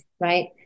right